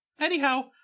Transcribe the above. Anyhow